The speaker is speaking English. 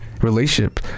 relationship